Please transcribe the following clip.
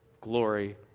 glory